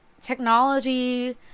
technology